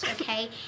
okay